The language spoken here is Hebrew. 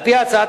על-פי ההצעה,